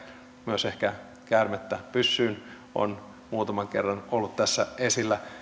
myös ehkä käärmettä pyssyyn on muutaman kerran ollut tässä esillä